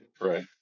right